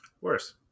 Worse